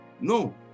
No